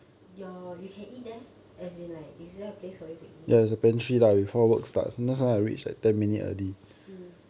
your you can eat there as in like is there a place for you to eat mm